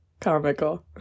comical